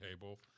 table